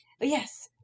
Yes